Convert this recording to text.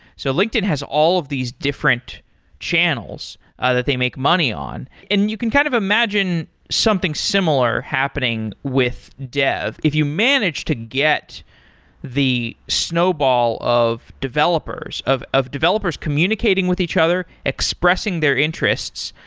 so linkedin has all of these different channels that they make money on. and and you can kind of imagine something similar happening with dev. if you manage to get the snowball of developers, of of developers communicating with each other, expressing their interests,